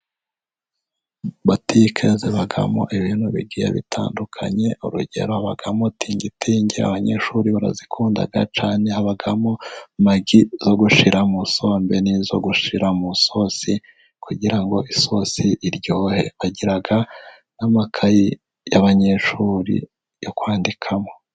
Butike zibamo ibintu bigiye bitandukanye, urugero habamo tingitingi, abanyeshuri barazikunda cyane, hagamo magi zo gushyira mu isombe n'izo gushyira mu isosi kugira ngo isosi iryohe, bagira n'amakayi y'abanyeshuri yo kwandikamo.